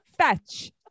Fetch